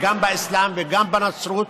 וגם באסלאם וגם בנצרות.